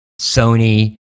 sony